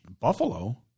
Buffalo